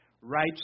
right